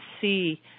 see